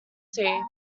sea